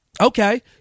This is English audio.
Okay